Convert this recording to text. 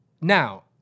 Now